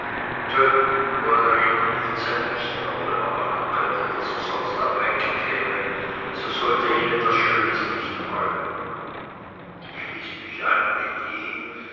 er ihn nun nicht selbst aber wenn er machen könnte daß er sonst abweg käme so sollte ihn etwas schönes nicht reuen ich ließ mich ein mit ihm